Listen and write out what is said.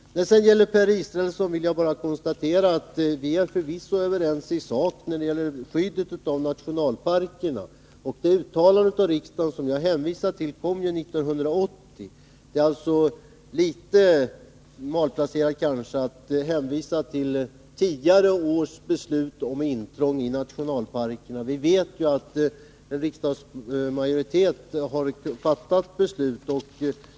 När det gäller Per Israelsson vill jag bara konstatera att vi förvisso är överens i sak i fråga om skyddet av nationalparkerna. Det uttalande av riksdagen som jag hänvisade till kom 1980. Det är därför kanske litet malplacerat att hänvisa till tidigare års beslut om intrång i nationalparkerna. Vi vet att en riksdagsmajoritet har fattat beslut.